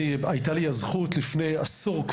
הייתה לי הזכות כבר לפני עשור,